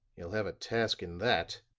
you'll have a task in that,